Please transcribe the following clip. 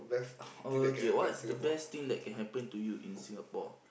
oh okay what's the best thing that can happen to you in Singapore